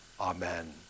Amen